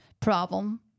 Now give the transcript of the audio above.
problem